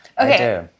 Okay